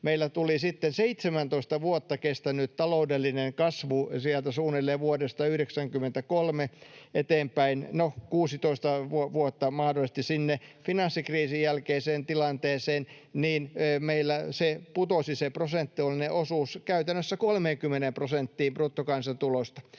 meillä tuli sitten 17 vuotta kestänyt taloudellinen kasvu suunnilleen sieltä vuodesta 93 eteenpäin — no, mahdollisesti 16 vuotta sinne finanssikriisin jälkeiseen tilanteeseen — se prosentuaalinen osuus putosi käytännössä 30 prosenttiin bruttokansantulosta.